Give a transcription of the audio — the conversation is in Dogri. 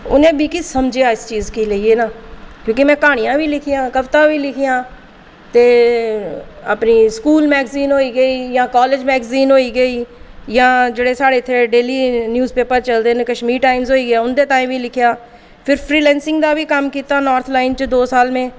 उ'नें मिगी समझेआ इस चीज गी लेइयै क्योंकी में कहानियां बी लिखियां कवतां बी लिखियां ते अपनी स्कूल मैगजीन होई गेई जां कालेज मैगजीन होई गेई जां जेह्ड़े साढ़े इत्थै डेली न्यूज पेपर चलदे कश्मीर टाइम होई गेआ उं'दे ताईं बी लिखेआ फ्ही फ्री लैंसिग दा बी कम्म कीता नार्थ लाइन च दो साल में